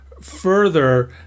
further